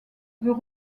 veut